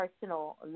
personal